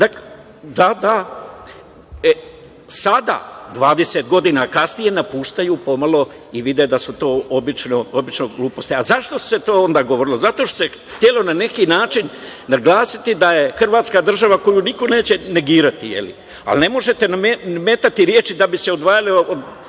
itd. Sada 20 godina kasnije napuštaju pomalo i vide da su to obične gluposti.Zašto se to onda govorilo? Zato što se htelo na neki način naglasiti da je Hrvatska država koju niko neće negirati. Ali, ne možete nametati reči da bi se odvajali